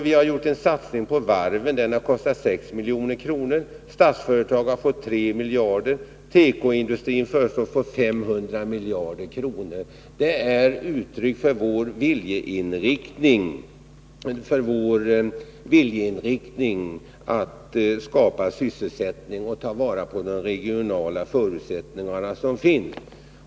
Vidare har vi satsat 6 miljarder på varven. Statsföretag AB har fått 3 miljarder. Tekoindustrin föreslås få 500 miljoner. Allt detta är ett uttryck för vår viljeinriktning. Vi vill skapa sysselsättning och ta vara på de regionala förutsättningar som finns.